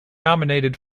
nominated